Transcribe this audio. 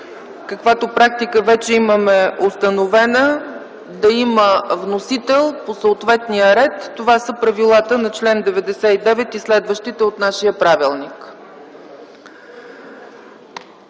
установена практика вече имаме – да има вносител по съответния ред. Това са правилата на чл. 99 и следващите от нашия правилник.